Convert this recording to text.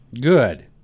Good